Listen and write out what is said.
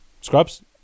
scrubs